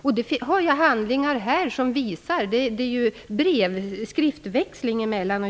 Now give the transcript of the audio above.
Jag har skriftväxlingar tillgängliga här som visar på detta.